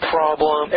problem